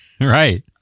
Right